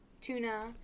Tuna